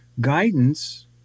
guidance